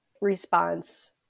response